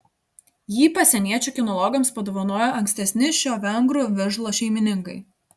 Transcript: jį pasieniečių kinologams padovanojo ankstesni šio vengrų vižlo šeimininkai